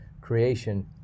Creation